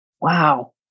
Wow